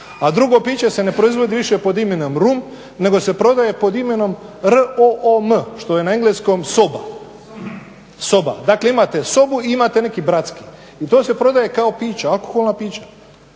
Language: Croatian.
A drugo piće se ne proizvodi više pod imenom rum, nego se prodaje pod imenom room što je na engleskom soba. Dakle imate sobu i imate neki bratski. I to se prodaje kao piće, alkoholna pića.